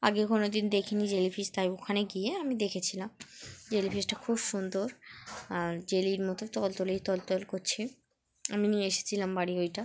আগে কোনোদিন দেখিনি জেলিফিস তাই ওখানে গিয়ে আমি দেখেছিলাম জেলিফিসটা খুব সুন্দর আর জেলির মতো তলতলেই তলতল করছে আমি নিয়ে এসেছিলাম বাড়ি ওইটা